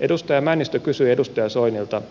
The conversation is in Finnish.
edustaja männistö kysyi edustaja soinilta